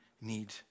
need